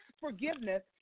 forgiveness